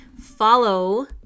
follow